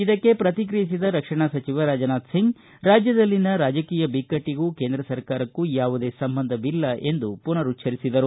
ಇದಕ್ಕೆ ಶ್ರತಿಕ್ರಿಯಿಸಿದ ರಕ್ಷಣಾ ಸಚಿವ ರಾಜನಾಥ್ ಸಿಂಗ್ ರಾಜ್ಬದಲ್ಲಿನ ರಾಜಕೀಯ ಬಿಕ್ಕಟ್ಟಗೂ ಕೇಂದ್ರ ಸರ್ಕಾರಕ್ಕೂ ಯಾವುದೇ ಸಂಬಂಧವಿಲ್ಲ ಎಂದು ಪುನರುಚ್ಚರಿಸಿದರು